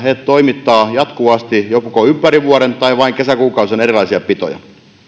ne toimittavat jatkuvasti joko ympäri vuoden tai vain kesäkuukausina erilaisia pitoja